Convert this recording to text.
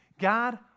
God